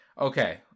okay